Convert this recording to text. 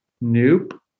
Nope